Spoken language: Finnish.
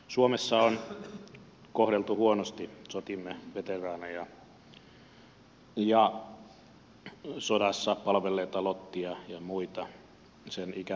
suomessa on kohdeltu huonosti sotiemme veteraaneja ja sodassa palvelleita lottia ja muita sen ikäpolven ihmisiä